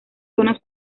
zonas